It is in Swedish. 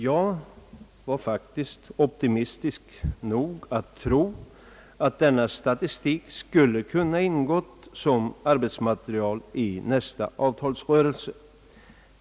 Jag var faktiskt optimistisk nog att tro att denna statistik skulle ha kunnat ingå som arbetsmaterial under nästa avtalsrörelse.